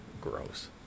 Gross